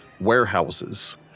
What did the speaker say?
warehouses